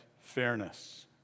fairness